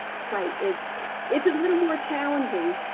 site. it's it's a little more challenging.